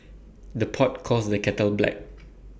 the pot calls the kettle black